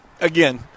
again